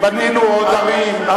בנינו עוד ערים,